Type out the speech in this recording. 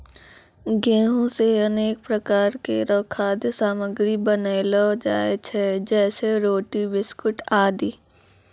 गेंहू सें अनेक प्रकार केरो खाद्य सामग्री बनैलो जाय छै जैसें रोटी, बिस्कुट आदि